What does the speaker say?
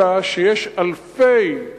אלא שיש אלפי מקרים